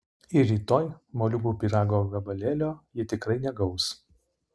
ir rytoj moliūgų pyrago gabalėlio ji tikrai negaus